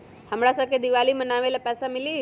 हमरा शव के दिवाली मनावेला पैसा मिली?